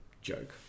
joke